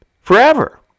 forever